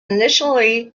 initially